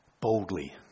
Boldly